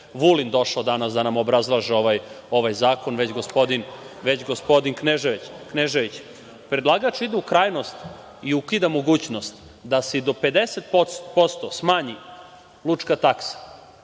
Vulin došao danas da nam obrazlaže ovaj zakon, već gospodin Knežević. Predlagač ide u krajnost i ukida mogućnost da se i do 50% smanji lučka taksa